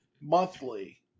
monthly